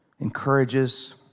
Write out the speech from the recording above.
encourages